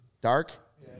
dark